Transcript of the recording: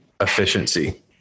efficiency